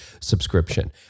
subscription